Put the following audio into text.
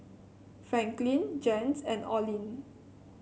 Franklin Jens and Oline